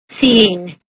seeing